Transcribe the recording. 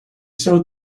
sewed